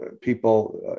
people